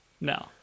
No